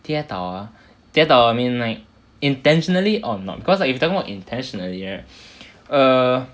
跌倒 ah 跌倒 I mean like intentionally or not because like if you talking about intentionally err